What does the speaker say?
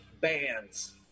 bands